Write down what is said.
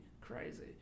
crazy